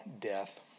death